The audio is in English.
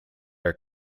are